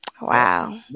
Wow